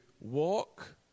walk